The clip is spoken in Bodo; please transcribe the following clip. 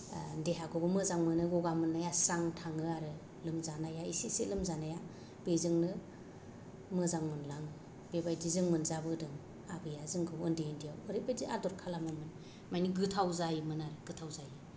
ओ देहाखौबो मोजां मोनो गगा मोननाया स्रां थाङो आरो लोमजानाया इसे इसे लोमजानाया बेजोंनो मोजां मोनलाङो बेबायदि जों मोनजाबोदों आबैया जोंखौ ओन्दै ओन्दैयाव ओरैबायदि आदर खालामोमोन माने गोथाव जायोमोन आरो गोथाव जायो